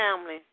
family